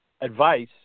advice